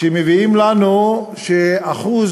שאחוז